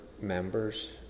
members